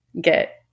get